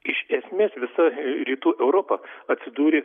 iš esmės visa rytų europa atsidūrė